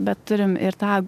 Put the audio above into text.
bet turim ir tą